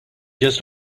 does